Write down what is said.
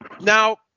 Now